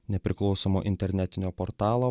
nepriklausomo internetinio portalo